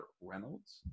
Reynolds